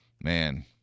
man